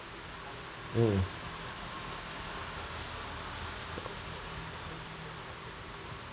mm